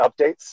updates